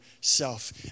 self